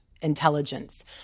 intelligence